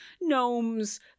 gnomes